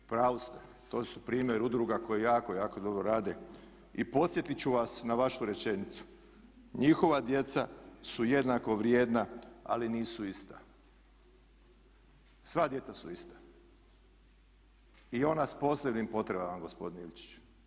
U pravu ste, to je primjer udruga koje jako, jako dobro rade i podsjetiti ću vas na vašu rečenicu "Njihova djeca su jednako vrijedna, ali nisu ista." Sva djeca su ista i ona s posebnim potrebama gospodine Ilčiću.